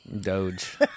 Doge